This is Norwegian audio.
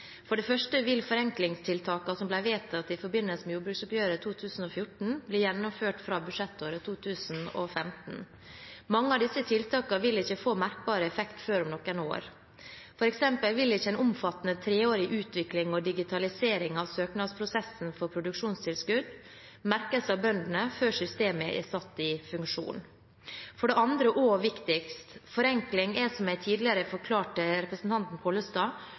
For det første vil forenklingstiltakene som ble vedtatt i forbindelse med jordbruksoppgjøret 2014, bli gjennomført fra budsjettåret 2015. Mange av disse tiltakene vil ikke få merkbar effekt før om noen år. For eksempel vil ikke en omfattende treårig utvikling og digitalisering av søknadsprosessen for produksjonstilskudd merkes av bøndene før systemet er satt i funksjon. For det andre og viktigst: Forenkling er, som jeg tidligere har forklart representanten Pollestad,